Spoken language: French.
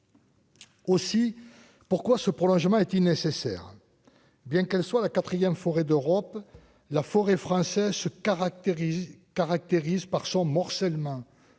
Aussi pourquoi ce prolongement est-il nécessaire, bien qu'elle soit la 4ème forêts d'Europe, la forêt française se caractérise caractérise par son morcellement